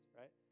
right